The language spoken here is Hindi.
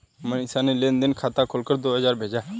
मनीषा ने लेन देन खाता खोलकर दो हजार भेजा